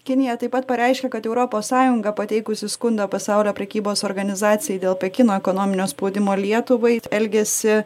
kinija taip pat pareiškė kad europos sąjunga pateikusi skundą pasaulio prekybos organizacijai dėl pekino ekonominio spaudimo lietuvai elgiasi